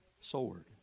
sword